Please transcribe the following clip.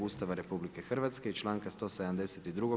Ustava RH i članka 172.